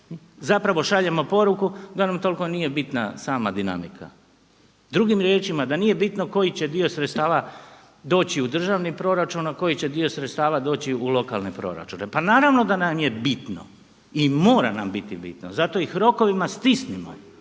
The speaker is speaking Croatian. zapravo šaljemo poruku da nam toliko nije bitna sama dinamika. Drugim riječima, da nije bitno koji će dio sredstava doći u državni proračun, a koji će dio sredstava doći u lokalne proračune. Pa naravno da nam je bitno i mora nam biti bitno. Zato ih rokovima stisnimo